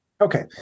Okay